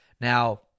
Now